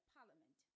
Parliament